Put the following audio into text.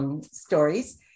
stories